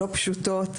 לא פשוטות,